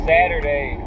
Saturday